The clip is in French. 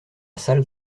salle